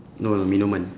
no no minuman